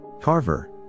Carver